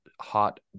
hot